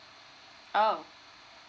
oh